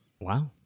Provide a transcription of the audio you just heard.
Wow